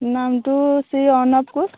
নামটো শ্ৰী অৰ্ণৱ কোঁচ